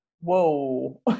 Whoa